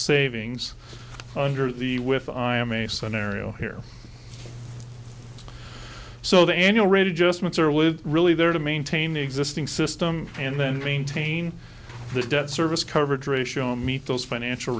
savings under the with i am a scenario here so the annual rate adjustments are would really there to maintain the existing system and then maintain this debt service coverage ratio meet those financial